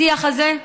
השיח הזה,